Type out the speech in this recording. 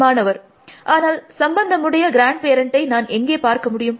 மாணவர் ஆனால் சம்பந்தமுடைய கிராண்ட்பேரண்டை நான் எங்கே பார்க்க முடியும்